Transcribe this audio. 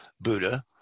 Buddha